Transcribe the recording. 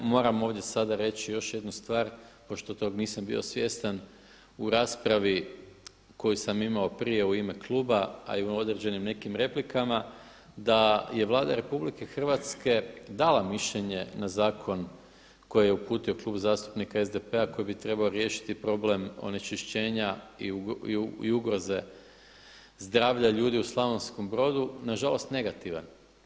Moram ovdje sada reći još jednu stvar, pošto toga nisam bio svjestan u raspravi koju sam imao prije u ime kluba a i u određenim nekim replikama, da je Vlada RH dala mišljenje na zakon koji je uputio Klub zastupnika SDP-a koji bi trebao riješiti problem onečišćenja i ugroze zdravlja ljudi u Slavonskom Brodu, nažalost negativan.